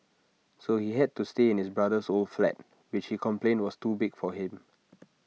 so he had to stay in his brother's old flat which he complained was too big for him